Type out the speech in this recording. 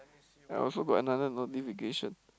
I also got another notification